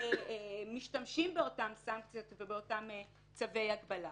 משתמשים באותן סנקציות ובאותם צווי הגבלה.